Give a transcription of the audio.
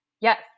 Yes